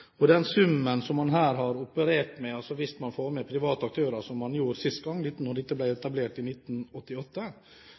Hvis man får med private aktører, som man gjorde sist gang dette ble